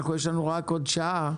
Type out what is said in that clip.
יש לנו רק עוד שעה.